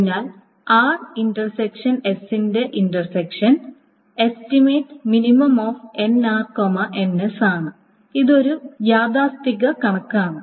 അതിനാൽ ന്റെ intersection estimate ആണ് ഇത് ഒരു യാഥാസ്ഥിതിക കണക്കാണ്